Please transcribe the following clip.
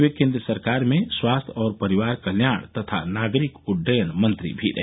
वे केंद्र सरकार में स्वास्थ्य और परिवार कल्याण तथा नागरिक उड्डयन मंत्री भी रहे